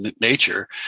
nature